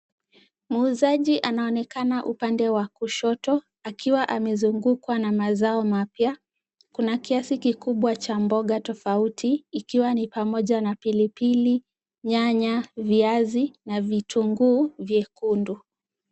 Muuzaji anaonekana upande wa kushoto akiwa amezungukwa na mazao mapya. Kuna kiasi kikubwa cha mboga tofauti ikiwa ni pamoja na pilipili, nyanya, viazi na vitunguu vyekundu.